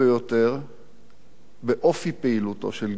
באופי פעילותו של גדעון הבלתי-נלאה,